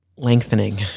Lengthening